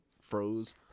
froze